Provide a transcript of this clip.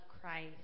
Christ